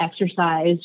exercise